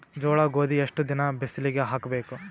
ಜೋಳ ಗೋಧಿ ಎಷ್ಟ ದಿನ ಬಿಸಿಲಿಗೆ ಹಾಕ್ಬೇಕು?